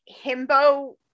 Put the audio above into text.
himbo